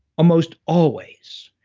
almost always,